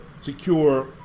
secure